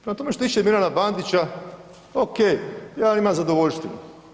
Prema tome, što se tiče Milana Bandića ok ja imam zadovoljštinu.